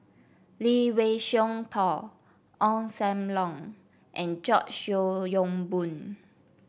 Lee Wei Song Paul Ong Sam Leong and George Yeo Yong Boon